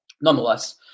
nonetheless